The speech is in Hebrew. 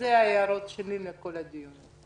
אלה ההערות שלי לכל הדיון.